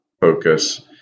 focus